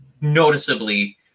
noticeably